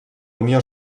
unió